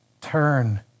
turn